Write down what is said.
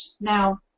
Now